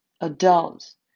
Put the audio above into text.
adults